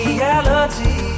reality